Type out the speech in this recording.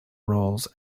roles